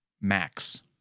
Max